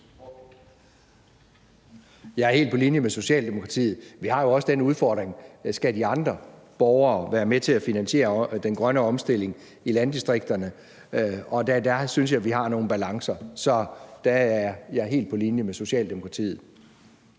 Jeg er helt på linje med Socialdemokratiet. Vi har jo også den udfordring, om de andre borgere skal være med til at finansiere den grønne omstilling i landdistrikterne, og der synes jeg, vi har nogle balancer. Jeg er helt på linje med Socialdemokratiet